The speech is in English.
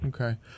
Okay